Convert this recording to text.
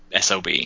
SOB